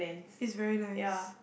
it's very nice